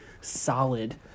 solid